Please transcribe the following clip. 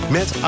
Met